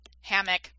Hammock